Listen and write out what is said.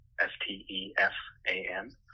S-T-E-F-A-N